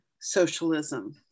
socialism